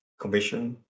commission